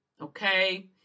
Okay